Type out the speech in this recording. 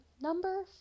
number